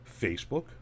Facebook